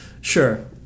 sure